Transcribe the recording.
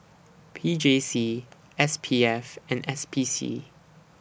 P J C S P F and S P C